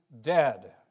dead